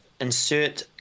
insert